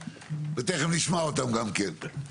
ותיכף נשמע אותם גם כן.